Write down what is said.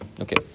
Okay